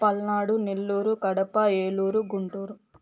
Palnadu Nellore Kadapa Eluru Guntur